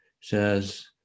says